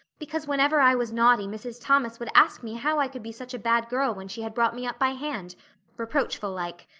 because whenever i was naughty mrs. thomas would ask me how i could be such a bad girl when she had brought me up by hand reproachful-like.